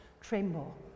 tremble